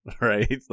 right